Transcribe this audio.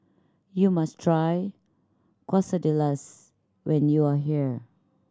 you must try Quesadillas when you are here